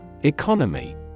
Economy